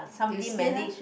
there still have